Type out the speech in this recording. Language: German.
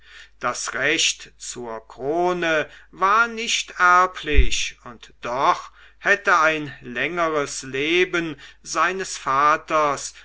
das recht zur krone war nicht erblich und doch hätte ein längeres leben seines vaters